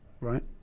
right